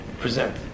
present